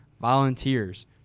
Volunteers